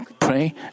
pray